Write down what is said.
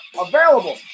available